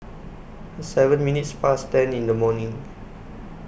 seven minutes Past ten in The morning